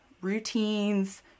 routines